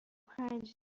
پنج